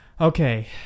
Okay